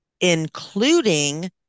including